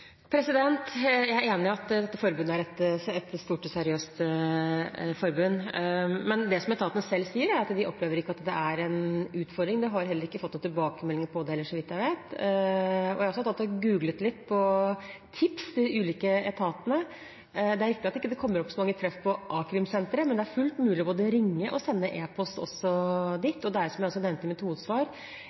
Jeg er enig i at dette er et stort og seriøst forbund, men det som etaten selv sier, er at de ikke opplever at det er en utfordring. De har heller ikke fått noen tilbakemelding på det, så vidt jeg vet. Jeg satt også og googlet litt etter «tips» til de ulike etatene. Det er riktig at det ikke kommer opp så mange treff på a-krimsentre, men det er fullt mulig både å ringe og sende e-post dit. Det er også, som jeg nevnte i mitt hovedsvar,